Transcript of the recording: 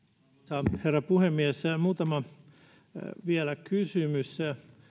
arvoisa herra puhemies vielä muutama kysymys